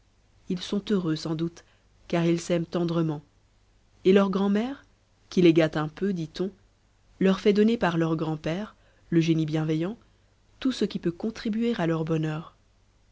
ils seront heureux sans doute car ils s'aiment tendrement et leur grand'mère qui les gâte un peu dit-on leur fait donner par leur grand-père le génie bienveillant tout ce qui peut contribuer à leur bonheur